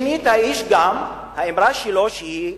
שנית, גם האמירה של האיש,